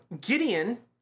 Gideon